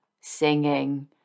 Singing